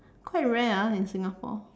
quite rare ah in Singapore